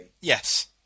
Yes